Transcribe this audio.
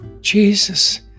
Jesus